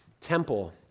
temple